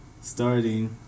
starting